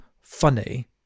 funny